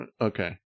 okay